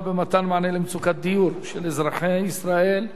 במתן מענה על מצוקת הדיור של אזרחי ישראל,